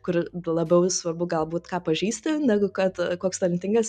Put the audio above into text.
kur labiau svarbu galbūt ką pažįsti negu kad koks talentingas